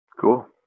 Cool